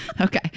Okay